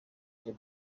the